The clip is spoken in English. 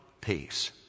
peace